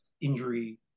injury